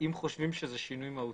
אם חושבים שזה שינוי מהותי.